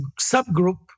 subgroup